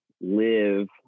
live